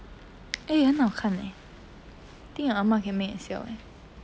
eh 很好看 eh think your 阿嫲 can make and sell eh